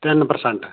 ten percent